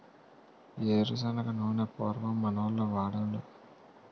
ఏరు శనగ నూనె పూర్వం మనోళ్లు వాడోలు